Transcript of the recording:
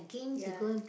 ya